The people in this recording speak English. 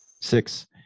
Six